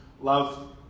love